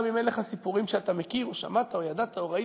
גם אם אין לך סיפורים שאתה מכיר או שמעת או ידעת או ראית,